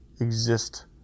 exist